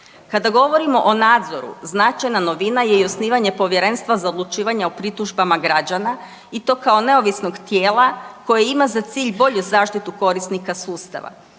Kada govorimo o nadzoru značajna novina je i osnivanje Povjerenstva za odlučivanje o pritužbama građana i to kao neovisnog tijela koje ima za cilj bolju zaštitu korisnika sustava.